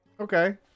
Okay